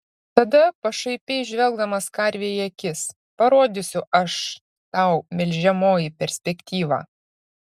tada pašaipiai žvelgdamas karvei į akis parodysiu aš tau melžiamoji perspektyvą